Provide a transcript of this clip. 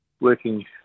working